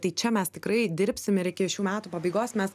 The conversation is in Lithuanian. tai čia mes tikrai dirbsim ir iki šių metų pabaigos mes